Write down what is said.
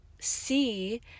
see